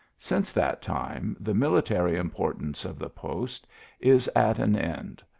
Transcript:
since that time, the mili tary importance of the post is at an end.